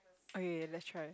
okay let's try